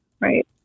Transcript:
Right